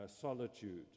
solitude